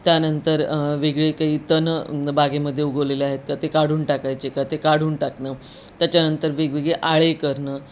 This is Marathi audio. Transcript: त्यानंतर वेगळी काही तण बागेमध्ये उगवलेले आहेत का ते काढून टाकायचे का ते काढून टाकणं त्याच्यानंतर वेगवेगळी आळे करणं